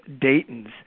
Dayton's